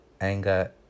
anger